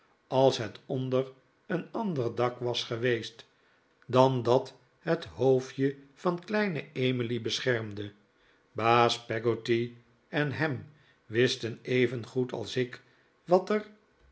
als het onder een ander dak was geweest dan dat het hoofdje van kleine emily beschermde baas peggotty en ham wisten evengoed als ik wat er